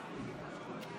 זו מדינה יהודית בארץ ישראל.